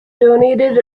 donated